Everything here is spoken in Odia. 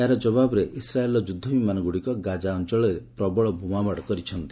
ଏହାର ଜବାବରେ ଇସ୍ରାଏଲ୍ର ଯୁଦ୍ଧ ବିମାନଗୁଡ଼ିକ ଗାଜା ଅଞ୍ଚଳରେ ପ୍ରବଳ ବୋମାମାଡ଼ କରିଚ୍ଛନ୍ତି